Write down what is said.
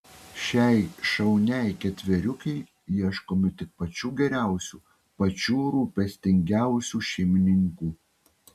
šiai šauniai ketveriukei ieškome tik pačių geriausių pačių rūpestingiausių šeimininkų